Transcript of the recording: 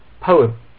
poem